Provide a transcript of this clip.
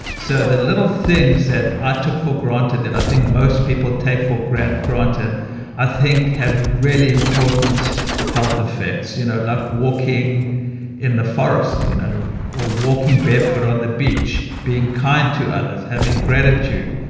so the little things that i took for granted that i think most people take for granted, i think have really important health effects you know like walking in the forest you know or walking barefoot on the beach, being kind to others, having gratitude,